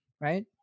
Right